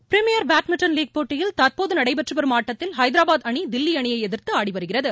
premier badminton league போட்டியில் தற்போது நடைபெற்று வரும் ஆட்டத்தில் ஹைதராபாத் அணி தில்லி அணியை எதிர்த்து ஆடிவருகிறது